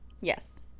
yes